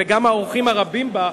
וגם האורחים הרבים בה,